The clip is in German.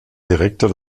direktor